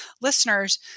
listeners